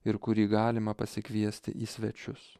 ir kurį galima pasikviesti į svečius